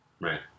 Right